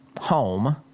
home